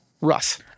Russ